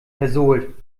versohlt